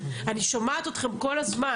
אני שומעת אתכם כל הזמן,